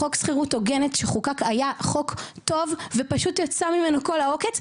חוק שכירות הוגנת שחוקק היה חוק טוב ופשוט יצא ממנו כל העוקץ,